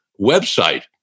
website